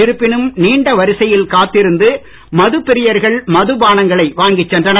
இருப்பினும் நீண்ட வரிசையில் காத்திருந்து மதுபிரியர்கள் மதுபானங்களை வாங்கிச் சென்றனர்